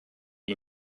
you